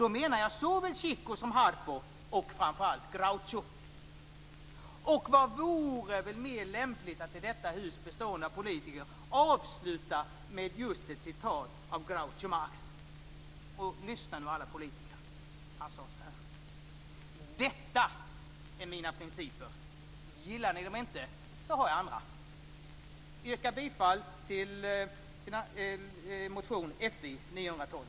Då menar jag såväl Chico som Harpo och framför allt Vad vore väl mer lämpligt, i detta hus bestående av politiker, än att avsluta med ett citat av just Groucho Marx? Lyssna nu, alla politiker! Han sade så här: "Detta är mina principer. Gillar ni dem inte så har jag andra." Jag yrkar bifall till motion Fi912.